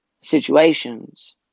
situations